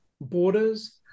borders